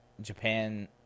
Japan